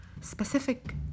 specific